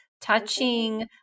touching